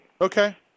Okay